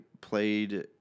played